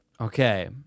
Okay